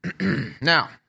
Now